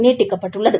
நீட்டிக்கப்பட்டுள்ளது